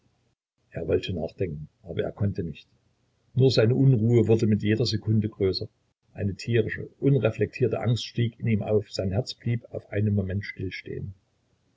er wollte nachdenken aber er konnte nicht nur seine unruhe wurde mit jeder sekunde größer eine tierische unreflektierte angst stieg in ihm auf sein herz blieb auf einen moment still stehen